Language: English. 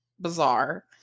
bizarre